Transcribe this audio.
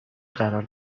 قرار